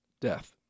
death